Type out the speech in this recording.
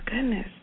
goodness